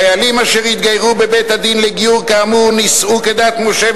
חיילים אשר התגיירו בבית-הדין לגיור כאמור נישאו כדת משה